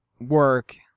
work